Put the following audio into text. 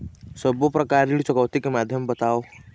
सब्बो प्रकार ऋण चुकौती के माध्यम बताव?